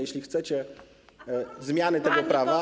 Jeśli chcecie zmiany tego prawa.